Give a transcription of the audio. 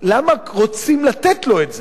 למה רוצים לתת לו את זה?